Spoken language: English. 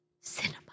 cinema